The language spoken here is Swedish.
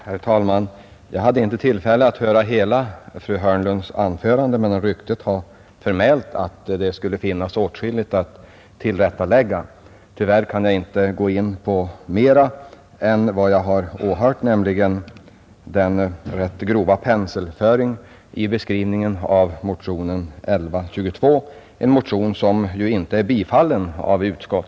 Herr talman! Jag hade inte tillfälle att höra hela fru Hörnlunds anförande, men ryktet har förmält att det skulle finnas åtskilligt att tillrättalägga. Tyvärr kan jag inte gå in på mera än vad jag har åhört, nämligen den rätt grova penselföringen i hennes beskrivning av motionen 1122 — en motion som ju inte är tillstyrkt av någon.